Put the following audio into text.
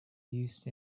used